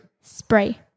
Spray